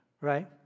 right